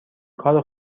کار